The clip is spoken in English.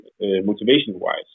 motivation-wise